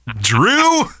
Drew